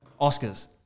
Oscars